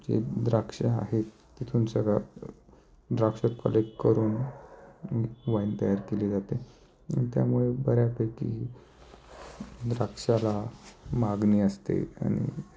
जे द्राक्ष आहेत तिथून सगळं द्राक्षात कलेक करून वाईन तयार केली जाते त्यामुळे बऱ्यापैकी द्राक्षाला मागणी असते आणि